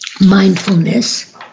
mindfulness